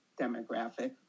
demographic